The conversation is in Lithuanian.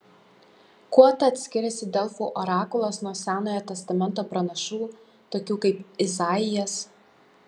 kuo tad skiriasi delfų orakulas nuo senojo testamento pranašų tokių kaip izaijas